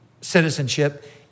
citizenship